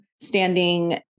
standing